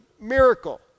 miracle